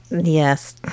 Yes